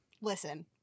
listen